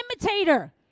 imitator